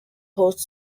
hosts